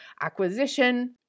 acquisition